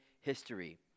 history